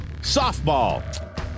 Softball